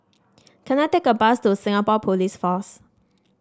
can I take a bus to Singapore Police Force